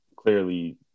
clearly